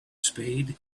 spade